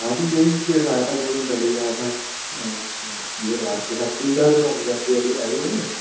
हाँ जी यही केस आया था दो दिन दिन पहले भी आया था अच्छा यह हो रहा है आपके साथ तीन चार दिन हो गए आपकी आईडी बने